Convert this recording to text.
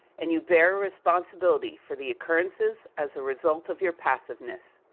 and you bear a responsibility for the occurrences, as a result of your passiveness.